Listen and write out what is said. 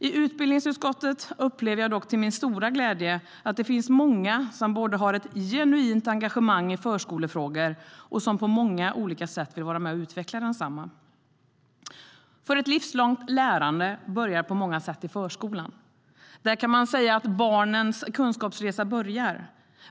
I utbildningsutskottet upplever jag dock till min stora glädje att det finns många som både har ett genuint engagemang i förskolefrågor och på många olika sätt vill utveckla densamma. Ett livslångt lärande börjar på många sätt i förskolan. Där kan man säga att barnens kunskapsresa börjar.